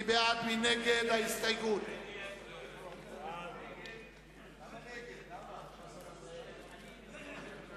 ההסתייגות של חבר הכנסת יואל חסון לסעיף 03,